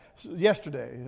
yesterday